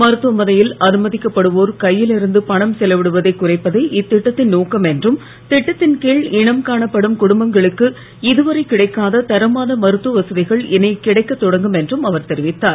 மருத்துவமனையில் அனுமதிக்கப்படுவோர் கையிலிருந்து பணம் செலவிடுவதை குறைப்பதே இத்திட்டத்தின் நோக்கம் என்றும் திட்டத்தின் கீழ் இனம் காணப்படும் குடும்பங்களுக்கு இதுவரை கிடைக்காத தரமான மருத்துவ வசதிகள் இனி கிடைக்கத் தொடங்கும் என்றும் அவர் தெரிவித்தார்